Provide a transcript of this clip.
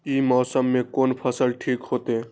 ई मौसम में कोन फसल ठीक होते?